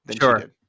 sure